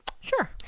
Sure